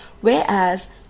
whereas